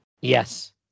Yes